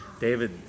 David